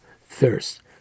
thirst